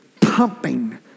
pumping